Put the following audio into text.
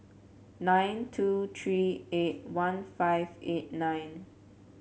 nine two three eight one five eight nine